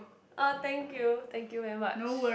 ah thank you thank you very much